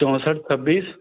चौंसठ छब्बीस